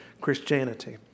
Christianity